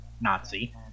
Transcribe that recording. Nazi